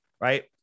right